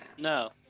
No